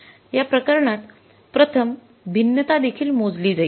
या प्रकरणात प्रथम भिन्नता देखील मोजली जाईल